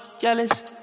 jealous